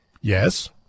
yes